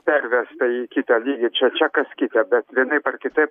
pervest tai į kitą lygį čia čia kas kita bet vienaip ar kitaip